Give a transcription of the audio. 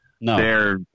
No